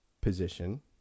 position